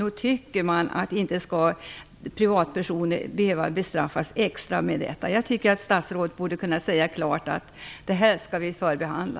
Då tycker jag att privatpersoner inte skall behöva bestraffas extra med detta. Jag tycker att statsrådet borde klart och tydligt kunna säga: Detta skall vi förbehandla.